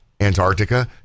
antarctica